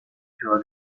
شوهر